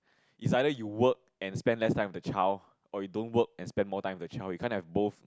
is either you work and spend less time with the child or you don't work and spend more time with the child you can't have both